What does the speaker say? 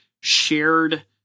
shared